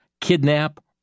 kidnap